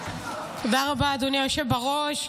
תודה רבה, אדוני היושב בראש.